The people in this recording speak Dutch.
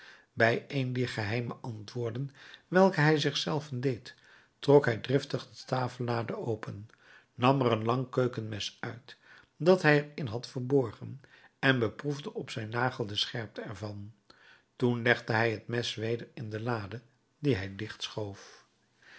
bij een dier geheime antwoorden welke hij zich zelven deed trok hij driftig de tafellade open nam er een lang keukenmes uit dat hij er in had geborgen en beproefde op zijn nagel de scherpte ervan toen legde hij het mes weder in de lade die hij